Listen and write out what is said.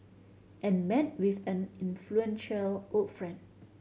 and met with an influential old friend